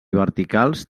verticals